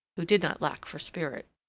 who did not lack for spirit.